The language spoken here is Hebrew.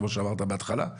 כמו שאמרת בהתחלה,